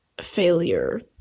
failure